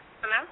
Hello